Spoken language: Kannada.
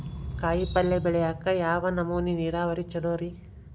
ಕಾಯಿಪಲ್ಯ ಬೆಳಿಯಾಕ ಯಾವ ನಮೂನಿ ನೇರಾವರಿ ಛಲೋ ರಿ?